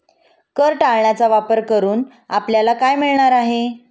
कर टाळण्याचा वापर करून आपल्याला काय मिळणार आहे?